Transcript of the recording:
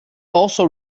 also